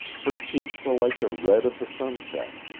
her cheeks were like the red of the sunset.